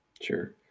Sure